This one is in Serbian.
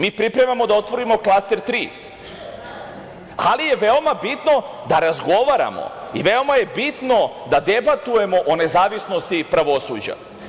Mi pripremamo da otvorimo klaster 3, ali je veoma bitno da razgovaramo i veoma je bitno da debatujemo o nezavisnosti pravosuđa.